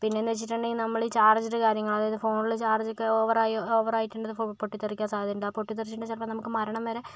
പിന്നെയെന്നുവെച്ചിട്ടുണ്ടെങ്കിൽ നമ്മളീ ചാർജർ കാര്യങ്ങൾ ഫോണിൽ ചാർജൊക്കെ ഓവറായി ഓവറായിട്ടുണ്ടെങ്കിൽ ഫു പൊട്ടിത്തെറിക്കാൻ സാദ്ധ്യതയുണ്ട് ആ പൊട്ടിത്തെറിച്ചിട്ടുണ്ടെങ്കിൽ ചിലപ്പോൾ നമുക്ക് മരണം വരെ